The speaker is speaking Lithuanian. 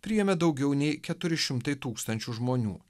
priėmė daugiau nei keturi šimtai tūkstančių žmonių